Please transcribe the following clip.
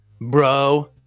bro